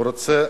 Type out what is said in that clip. הוא רוצה